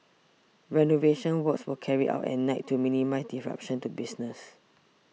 renovation works were carried out at night to minimise disruption to business